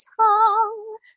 tongue